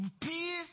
Peace